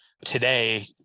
today